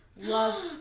Love